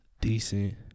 decent